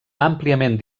àmpliament